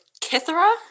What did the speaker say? Kithara